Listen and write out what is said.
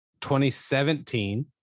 2017